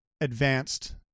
advanced